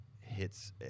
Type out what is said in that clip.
hits